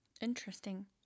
Interesting